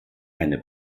eine